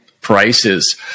prices